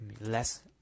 Less